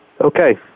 Okay